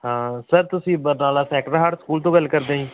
ਹਾਂ ਸਰ ਤੁਸੀਂ Barnala Sacred Heart school ਤੋਂ ਗੱਲ ਕਰਦੇ ਜੀ